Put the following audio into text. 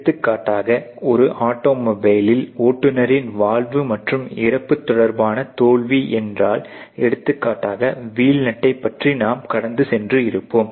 எடுத்துக்காட்டாக ஒரு ஆட்டோமொபைல் ஓட்டுனரின் வாழ்வு மற்றும் இறப்பு தொடர்பான தோல்வி என்றால் எடுத்துக்காட்டாக வீல் நட்டை பற்றி நாம் கடந்து சென்று இருப்போம்